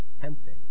tempting